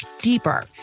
deeper